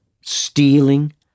stealing